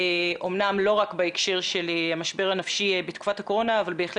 אמנם לא רק בהקשר של המשבר הנפשי בתקופת הקורונה אבל בהחלט